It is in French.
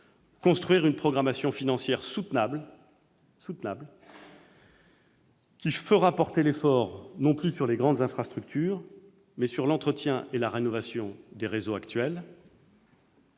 élaborer une programmation financière soutenable qui fera porter l'effort non plus sur les grandes infrastructures, mais sur l'entretien et la rénovation des réseaux actuels,